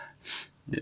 ya